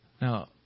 Now